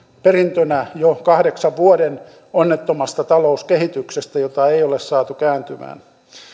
perintönä jo kahdeksan vuoden onnettomasta talouskehityksestä jota ei ole saatu kääntymään